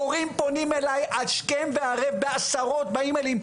הורים פונים אליי השכם וערב בעשרות אימיילים,